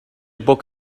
book